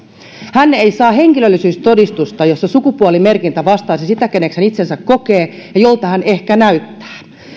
ei saa sellaista henkilöllisyystodistusta jossa sukupuolimerkintä vastaisi sitä keneksi hän itsensä kokee ja jolta hän ehkä näyttää